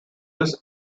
this